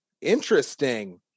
interesting